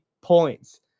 points